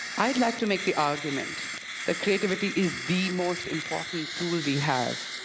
i'd like to make the argument that creativity is the most important tool we have.